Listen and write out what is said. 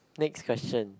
next question